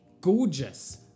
gorgeous